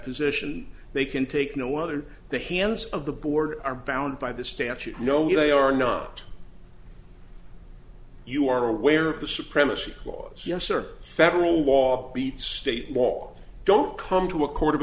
position they can take no other the hands of the board are bound by that stance you know they are not you are aware of the supremacy clause yes or federal law beats state law don't come to a court of